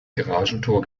garagentor